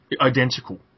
identical